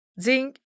Zinc